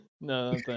no